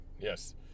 Yes